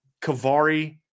Kavari